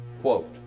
quote